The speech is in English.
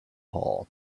hole